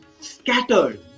scattered